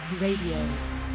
Radio